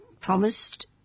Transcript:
promised